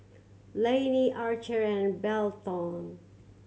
Layne Archer and Belton